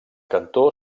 cantó